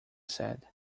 said